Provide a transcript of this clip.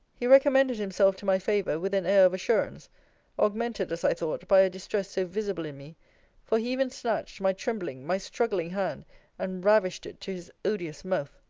he recommended himself to my favour with an air of assurance augmented, as i thought, by a distress so visible in me for he even snatched my trembling, my struggling hand and ravished it to his odious mouth.